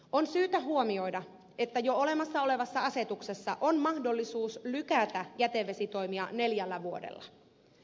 on syytä huomioida että jo olemassa olevassa asetuksessa on mahdollisuus lykätä jätevesitoimia neljällä vuodella